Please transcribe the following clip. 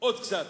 עוד קצת.